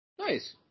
Nice